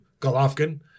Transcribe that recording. Golovkin